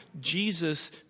Jesus